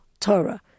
Torah